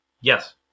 Yes